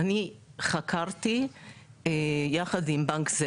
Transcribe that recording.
לתת לו אפשרות לשמר את